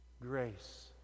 grace